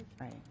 Right